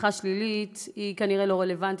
צמיחה שלילית היא כנראה לא רלוונטית,